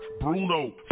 Bruno